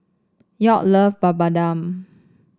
York love Papadum